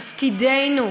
תפקידנו,